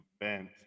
event